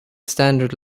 standard